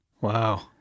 Wow